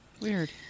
Weird